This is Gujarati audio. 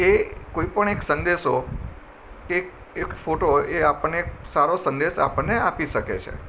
એ કોઈપણ એક સંદેશો એક એક ફોટો એ આપણને એક સારો સંદેશ આપણને આપી શકે છે